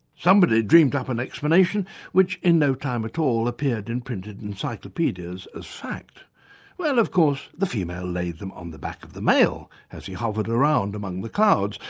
somebody dreamed up an explanation which in no time at all appeared in printed encyclopaedias as fact well, of course the female laid them on the back of the male as he hovered around among the clouds,